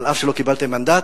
אף שלא קיבלתם מנדט.